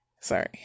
Sorry